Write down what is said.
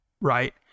right